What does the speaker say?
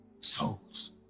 souls